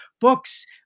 books